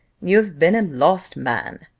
you have been a lost man,